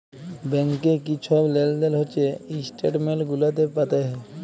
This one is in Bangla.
ব্যাংকে কি ছব লেলদেল হছে ইস্ট্যাটমেল্ট গুলাতে পাতে হ্যয়